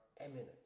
eminent